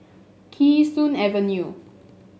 Kee Sun Avenue